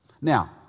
Now